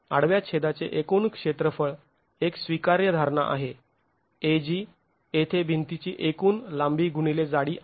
आडव्या छेदाचे एकूण क्षेत्रफळ एक स्वीकार्य धारणा आहे Ag येथे भिंतीची एकूण लांबी गुणिले जाडी आहे